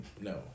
No